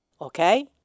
okay